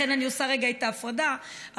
לכן אני עושה רגע את ההפרדה המאוד-ברורה